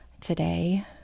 today